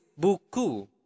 buku